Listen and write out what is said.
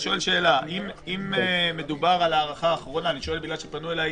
אם מדובר על הארכה אחרונה אני שואל בגלל שפנו אליי